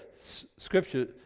scripture